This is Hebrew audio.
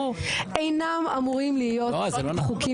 עניין איזה רופא או כל רופא?